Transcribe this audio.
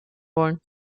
wollen